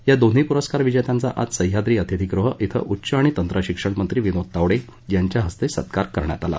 या दोन्ही पुरस्कार विजेत्यांचा आज सह्याद्री अतिथीगृह कें उच्च आणि तंत्र शिक्षणमंत्री विनोद तावडे यांच्या हस्ते त्यांचा सत्कार करण्यात आला